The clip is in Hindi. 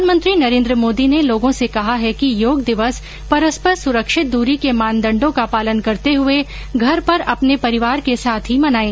प्रधानमंत्री नरेन् द्र मोदी ने लोगों से कहा है कि योग दिवस परस्पर सुरक्षित दूरी के मानदंडों का पालन करते हुए घर पर अपने परिवार के साथ ही मनाएं